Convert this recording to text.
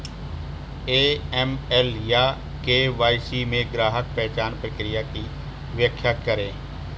AML या KYC में ग्राहक पहचान प्रक्रिया की व्याख्या करें?